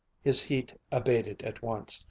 his heat abated at once,